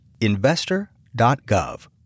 Investor.gov